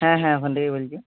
হ্যাঁ হ্যাঁ ওখান থেকেই বলছি